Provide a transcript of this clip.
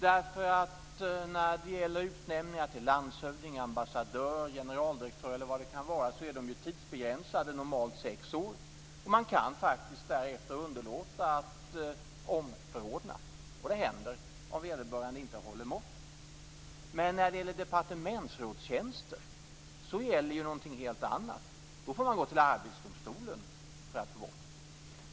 När det gäller utnämningar till landshövding, ambassadör, generaldirektör eller vad det nu kan vara är de tidsbegränsade, normalt sex år. Man kan faktiskt därefter underlåta att omförordna. Det händer om vederbörande inte håller måttet. Men när det gäller departementsrådstjänster gäller någonting helt annat. Då får man gå till Arbetsdomstolen för att få bort någon.